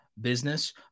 business